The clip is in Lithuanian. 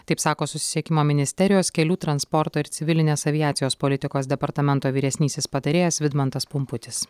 taip sako susisiekimo ministerijos kelių transporto ir civilinės aviacijos politikos departamento vyresnysis patarėjas vidmantas pumputis